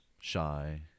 shy